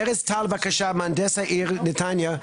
בבקשה, מהנדס העיר נתניה.